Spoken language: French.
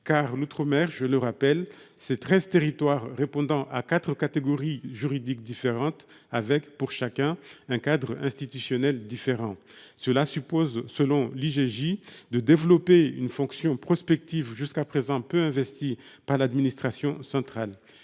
que l'outre-mer compte 13 territoires répondant à 4 catégories juridiques différentes, avec, pour chacun d'entre eux, un cadre institutionnel différent ! Cela suppose, selon l'IGJ, de développer une fonction prospective jusqu'à présent peu investie par l'administration centrale.